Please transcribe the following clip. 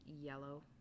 yellow